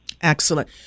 Excellent